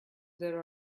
there